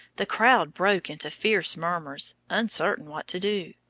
the crowd broke into fierce murmurs, uncertain what to do.